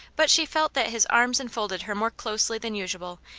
but she felt that his arms enfolded her more closely than usual,